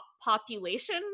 population